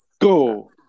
Go